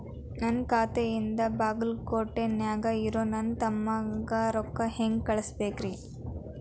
ನನ್ನ ಖಾತೆಯಿಂದ ಬಾಗಲ್ಕೋಟ್ ನ್ಯಾಗ್ ಇರೋ ನನ್ನ ತಮ್ಮಗ ರೊಕ್ಕ ಹೆಂಗ್ ಕಳಸಬೇಕ್ರಿ?